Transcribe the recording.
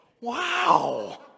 wow